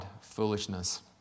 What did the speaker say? foolishness